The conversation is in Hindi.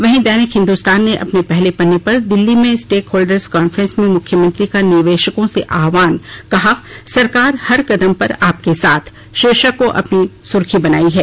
वहीं दैनिक हिन्दुस्तान ने अपने पहले पन्ने पर दिल्ली में स्टेकहोल्डर्स कांफ्रेंस में मुख्यमंत्री का निवेशकों से आहवान कहा सरकार हर कदम पर आपके साथ शीर्षक को अपनी सुर्खी बनायी है